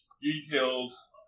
details